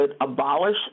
abolish